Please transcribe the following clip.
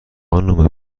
بانون